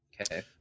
Okay